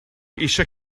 eisiau